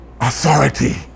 Authority